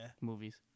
Movies